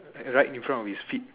right in front of his feet